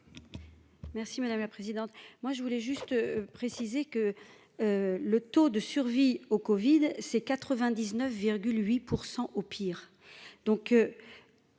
Merci madame la présidente, moi je voulais juste préciser que le taux de survie au Covid, c'est 99 8 % au pire, donc